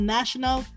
National